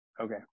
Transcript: Okay